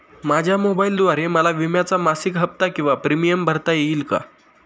माझ्या मोबाईलद्वारे मला विम्याचा मासिक हफ्ता किंवा प्रीमियम भरता येईल का?